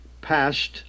passed